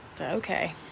okay